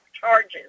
charges